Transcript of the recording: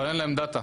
אבל אין להם דאטה.